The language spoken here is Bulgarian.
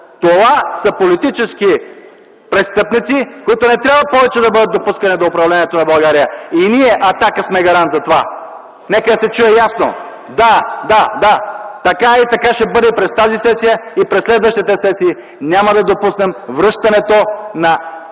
Това са политически престъпници, които не трябва повече да бъдат допускани до управлението на България, и ние „Атака” сме гарант за това – нека да се чуе ясно. (Реплики от КБ.) Да, да, да! Така е и така ще бъде и през тази сесия, и през следващите сесии. Няма да допуснем връщането на